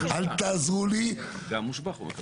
הוא מקבל אותו מושבח.